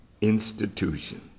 institution